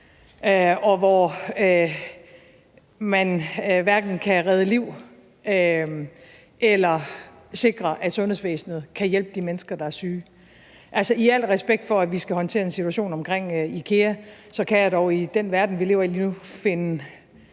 og hvor man hverken kan redde liv eller sikre, at sundhedsvæsenet kan hjælpe de mennesker, der er syge? Altså, i al respekt for, at vi skal håndtere en situation omkring IKEA, så kan jeg dog i den verden, vi lever i lige nu, finde